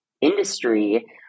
industry